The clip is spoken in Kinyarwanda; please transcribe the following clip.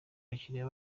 abakiliya